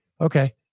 Okay